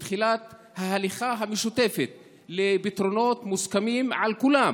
את תחילת ההליכה המשותפת לפתרונות מוסכמים על כולם,